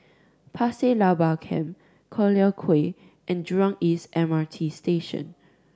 Pasir Laba Camp Collyer Quay and Jurong East M R T Station